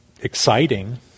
exciting